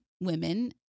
women